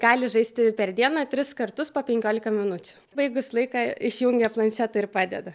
gali žaisti per dieną tris kartus po penkiolika minučių baigus laiką išjungia plančetą ir padeda